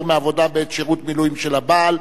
מעבודה בעת שירות מילואים של בן-זוג),